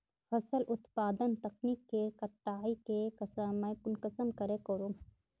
फसल उत्पादन तकनीक के कटाई के समय कुंसम करे करूम?